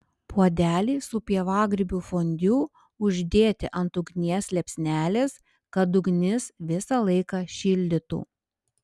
puodelį su pievagrybių fondiu uždėti ant ugnies liepsnelės kad ugnis visą laiką šildytų